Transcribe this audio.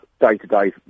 day-to-day